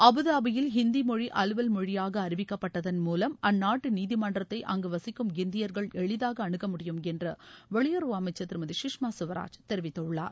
அபுதாபியில் ஹிந்தி மொழி அலுவல் மொழியாக அறிவிக்கப்பட்டதன் மூலம் அற்நாட்டு நீதிமன்றத்தை அங்கு வசிக்கும் இந்தியா்கள் எளிதாக அணுகமுடியும் என்று வெளியுறவு அமைச்சர் திருமதி சுஷ்மா ஸ்வராஜ் தெரிவித்துள்ளார்